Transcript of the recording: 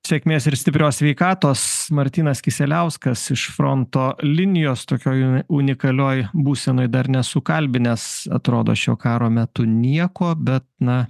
sėkmės ir stiprios sveikatos martynas kisieliauskas iš fronto linijos tokioje unikalioj būsenoj dar nesu kalbinęs atrodo šio karo metu nieko bet na